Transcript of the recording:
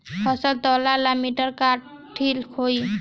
फसल तौले ला मिटर काटा ठिक होही?